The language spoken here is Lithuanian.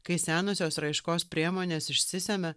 kai senosios raiškos priemonės išsisemia